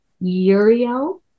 Uriel